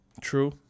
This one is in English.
true